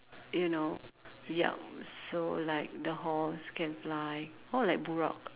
you know yup so like the horse can fly more like Buraq